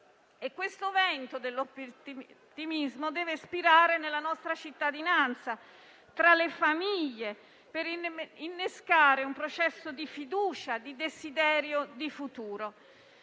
questo vento dell'ottimismo deve spirare nella nostra cittadinanza, tra le famiglie, per innescare un processo di fiducia, di desiderio di futuro;